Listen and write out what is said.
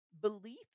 belief